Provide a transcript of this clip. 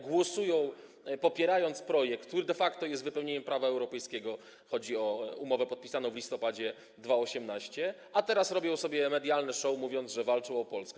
Głosują, popierając projekt, który de facto jest wypełnieniem prawa europejskiego, chodzi o umowę podpisaną w listopadzie 2018 r., a teraz robią sobie medialne show, mówiąc, że walczą o Polskę.